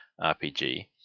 RPG